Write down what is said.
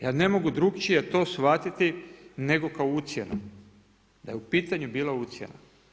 Ja ne mogu drukčije to shvatiti, nego kao ucjenom da je u pitanju bila ucjena.